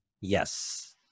yes